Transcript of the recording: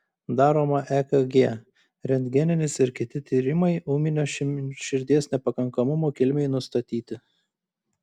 daroma ekg rentgeninis ir kiti tyrimai ūminio širdies nepakankamumo kilmei nustatyti